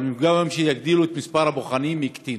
אבל במקום שיגדילו את מספר הבוחנים, הקטינו.